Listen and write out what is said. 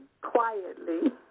quietly